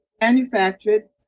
manufactured